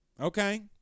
Okay